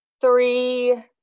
three